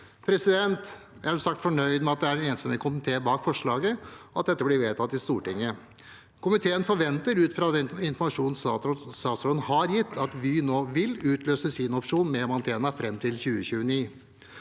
sagt fornøyd med at det er en enstemmig komité bak forslaget, og at dette blir vedtatt i Stortinget. Komiteen forventer, ut fra den informasjonen statsråden har gitt, at Vy nå vil utløse sin opsjon med Mantena fram til 2029.